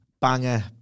banger